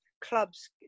clubs